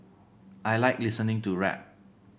I like listening to rap